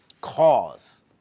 cause